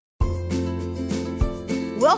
Welcome